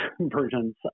versions